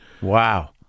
wow